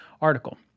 article